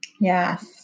Yes